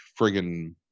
friggin